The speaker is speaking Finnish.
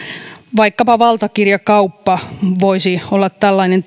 vaikkapa valtakirjakauppa voisi olla tällainen